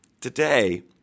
Today